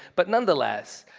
but nonetheless,